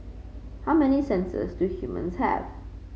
how many senses do humans have